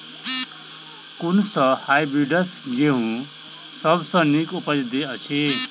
कुन सँ हायब्रिडस गेंहूँ सब सँ नीक उपज देय अछि?